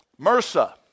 MRSA